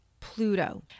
Pluto